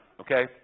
okay